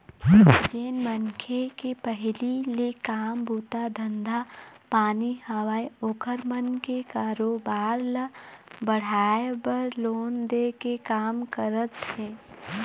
जेन मनखे के पहिली ले काम बूता धंधा पानी हवय ओखर मन के कारोबार ल बढ़ाय बर लोन दे के काम करत हे